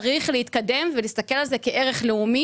צריך להתקדם ולהסתכל על זה כערך לאומי,